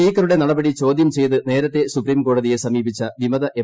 സ്പീക്കറുടെ നടപടി ചോദ്യം ചെയ്ത് നേരത്തെ സുപ്രീംകോടതിയെ സമീപിച്ച വിമത എം